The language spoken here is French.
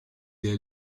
est